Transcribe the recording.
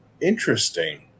Interesting